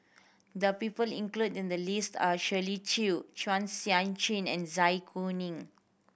the people included in the list are Shirley Chew Chua Sian Chin and Zai Kuning